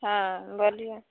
हँ बोलिऔ